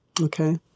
okay